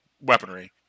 Weaponry